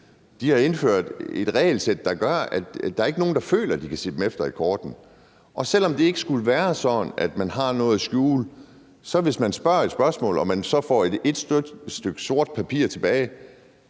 har indført et regelsæt, der gør, at der ikke er nogen, der føler, at de kan se dem efter i kortene? Selv om det ikke skulle være sådan, at man har noget at skjule, kommer mistilliden, når man stiller et spørgsmål og får et stykke sort papir tilbage,